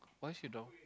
why she don't